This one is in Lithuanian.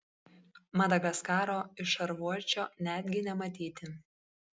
madagaskaro iš šarvuočio netgi nematyti